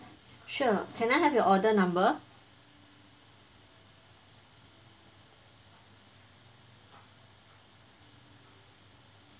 sure can I have your order number